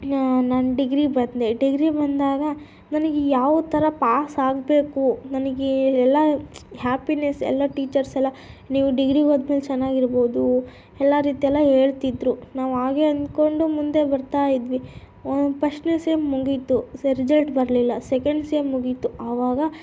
ನಾನು ಡಿಗ್ರಿಗೆ ಬಂದೆ ಡಿಗ್ರಿಗೆ ಬಂದಾಗ ನನಗೆ ಯಾವ ಥರ ಪಾಸ್ ಆಗಬೇಕು ನನಗೆ ಎಲ್ಲ ಹ್ಯಾಪಿನೆಸ್ ಎಲ್ಲ ಟೀಚರ್ಸ್ ಎಲ್ಲ ನೀವು ಡಿಗ್ರಿಗೆ ಹೋದ್ಮೇಲೆ ಚೆನ್ನಾಗಿ ಇರ್ಬೋದು ಎಲ್ಲ ಆ ರೀತಿಯೆಲ್ಲ ಹೇಳ್ತಿದ್ರು ನಾವು ಹಾಗೆ ಅಂದ್ಕೊಂಡು ಮುಂದೆ ಬರ್ತಾಯಿದ್ವಿ ಫಸ್ಟ್ ಪಿ ಯು ಸಿ ಮುಗೀತು ಸ ರಿಸಲ್ಟ್ ಬರಲಿಲ್ಲ ಸೆಕೆಂಡ್ ಸೆಮ್ ಮುಗೀತು ಆವಾಗ